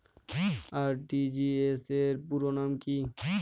RTGS র পুরো নাম কি?